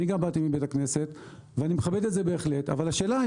אני גם באתי מבית הכנסת אבל השאלה היא